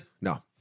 no